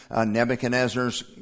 Nebuchadnezzar's